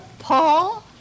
Paul